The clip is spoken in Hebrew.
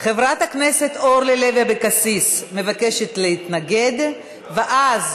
חברת הכנסת אורלי לוי אבקסיס מבקשת להתנגד, ואז,